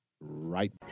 right